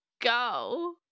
go